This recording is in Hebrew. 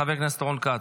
חבר הכנסת רון כץ,